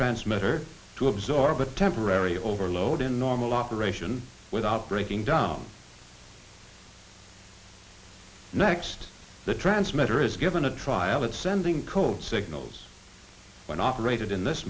transmitter to absorb a temporary overload in normal operation without breaking down next the transmitter is given a trial it's sending code signals when operated in this